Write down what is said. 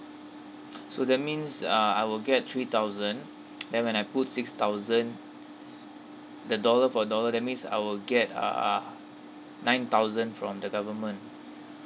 so that means uh I will get three thousand then when I put six thousand the dollar for dollar that means I will get uh uh nine thousand from the government